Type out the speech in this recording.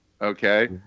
Okay